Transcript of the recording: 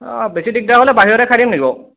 অঁ বেছি দিগদাৰ হ'লে বাহিৰতে খাই দিম নি বাৰু